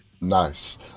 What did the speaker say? Nice